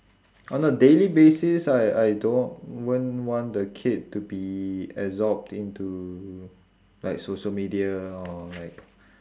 on a daily basis I I don't wa~ won't want the kid to be absorbed into like social media or like